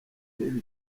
ntibe